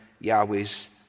Yahweh's